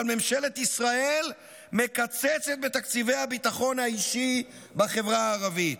אבל ממשלת ישראל מקצצת בתקציבי הביטחון האישי בחברה הערבית.